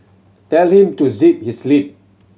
tell him to zip his lip